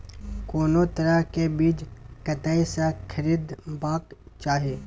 कोनो तरह के बीज कतय स खरीदबाक चाही?